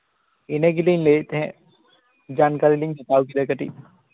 ᱤᱱᱟᱹ ᱜᱮᱞᱤᱧ ᱞᱟᱹᱭᱮᱫ ᱛᱟᱦᱮᱸᱫ ᱡᱟᱱᱠᱟᱨᱤᱞᱤᱧ ᱦᱟᱛᱟᱣ ᱠᱮᱫᱟ ᱠᱟᱹᱴᱤᱡ